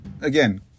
again